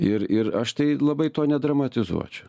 ir ir aš tai labai to nedramatizuočiau